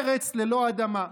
ארץ ללא אדמה,